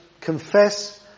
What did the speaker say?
confess